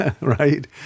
right